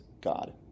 God